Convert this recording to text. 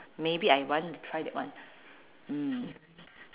maybe I want to try that one mm